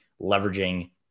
leveraging